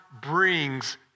brings